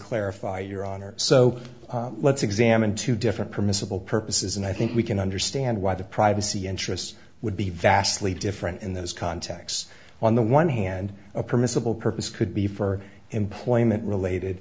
clarify your honor so let's examine two different permissible purposes and i think we can understand why the privacy interests would be vastly different in those contacts on the one hand a permissible purpose could be for employment related